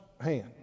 hand